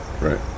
right